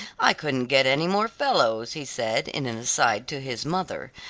i couldn't get any more fellows, he said in an aside to his mother,